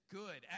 good